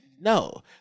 No